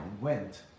went